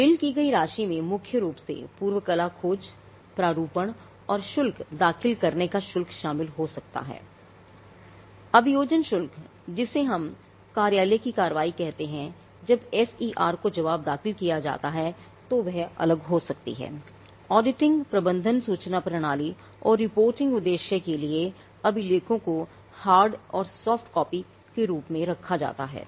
bill की गई राशि में मुख्य रूप से पूर्व कला खोज प्रारूपण और शुल्क दाखिल करने का शुल्क शामिल हो सकता है अभियोजन शुल्क जिसे हम कार्यालय की कार्रवाई कहते हैं जब एफईआर के रूप में रखा जाता है